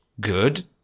good